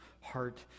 heart